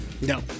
No